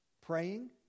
praying